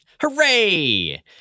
Hooray